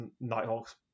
nighthawks